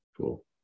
Cool